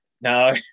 no